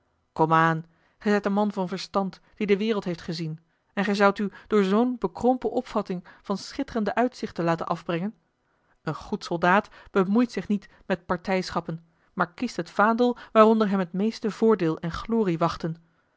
gij zijt een man van verstand die de wereld heeft gezien en gij zoudt u door zoo'n bekrompen opvatting van schitterende uitzichten laten afbrengen een goed soldaat bemoeit zich niet met partijschappen maar kiest het vaandel waaronder hem t meeste voordeel en glorie wachten